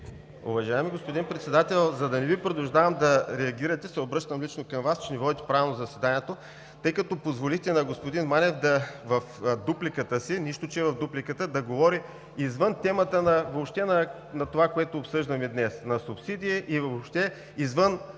Уважаеми господин Председател, за да не Ви принуждавам да реагирате, се обръщам лично към Вас, че не водите правилно заседанието, тъй като позволихте на господин Манев в дупликата си – нищо че е в дуплика, да говори извън темата по това, което обсъждаме днес – за субсидиите, и въобще извън